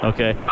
Okay